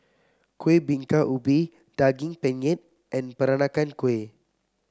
Kuih Bingka Ubi Daging Penyet and Peranakan Kueh